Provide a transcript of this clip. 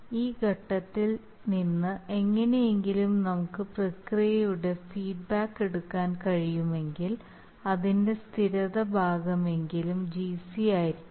ഈ ഘട്ടത്തിൽ നിന്ന് എങ്ങനെയെങ്കിലും നമുക്ക് പ്രക്രിയയുടെ ഫീഡ്ബാക്ക് എടുക്കാൻ കഴിയുമെങ്കിൽ അതിന്റെ സ്ഥിരത ഭാഗമെങ്കിലും GC ആയിരിക്കും